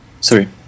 sorry